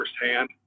firsthand